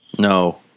No